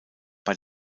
bei